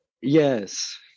Yes